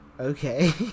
Okay